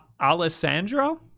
alessandro